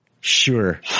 Sure